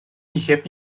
一些